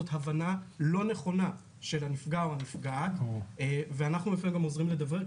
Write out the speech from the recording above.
זאת הבנה לא נכונה של הנפגע או הנפגעת ולפעמים אנחנו עוזרים גם לדברר,